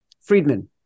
Friedman